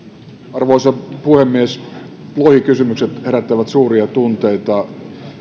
arvoisa puhemies lohikysymykset herättävät suuria tunteita